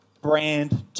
brand